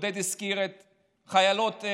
עודד הזכיר מורות חיילות.